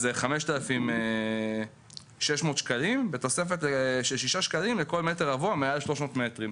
אז זה 5,600 שקלים בתוספת של שישה שקלים לכל מטר רבוע מעל 300 מטרים.